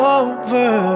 over